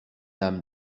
âme